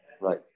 Right